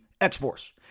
X-Force